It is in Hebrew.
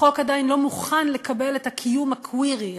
החוק עדיין לא מוכן לקבל את הקיום הקווירי,